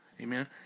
Amen